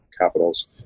capitals